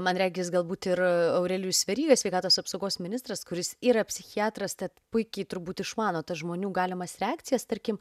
man regis galbūt ir aurelijus veryga sveikatos apsaugos ministras kuris yra psichiatras tad puikiai turbūt išmano tas žmonių galimas reakcijas tarkim